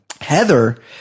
Heather